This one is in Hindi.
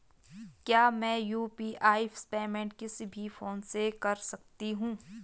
क्या मैं यु.पी.आई पेमेंट किसी भी फोन से कर सकता हूँ?